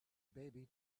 baby